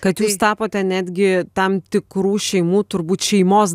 kad jūs tapote netgi tam tikrų šeimų turbūt šeimos